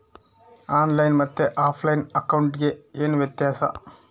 On line ಮತ್ತೆ offline ಅಕೌಂಟಿಗೆ ಏನು ವ್ಯತ್ಯಾಸ?